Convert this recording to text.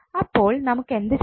അപ്പോൾ നമുക്ക് എന്ത് ചെയ്യാം